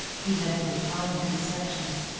he had no time for dissections,